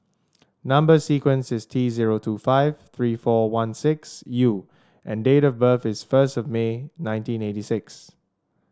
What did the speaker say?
number sequence is T zero two five three four one six U and date of birth is first of May nineteen eighty six